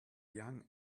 young